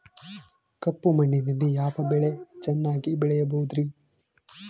ಕಪ್ಪು ಮಣ್ಣಿನಲ್ಲಿ ಯಾವ ಬೆಳೆ ಚೆನ್ನಾಗಿ ಬೆಳೆಯಬಹುದ್ರಿ?